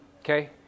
okay